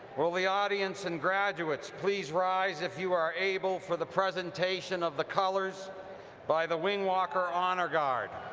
will the audience and graduates please rise if you are able for the presentation of the colors by the wing walker honor guard.